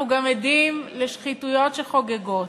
אנחנו גם עדים לשחיתויות שחוגגות.